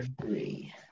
three